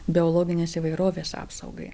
biologinės įvairovės apsaugai